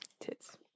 Tits